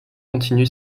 continue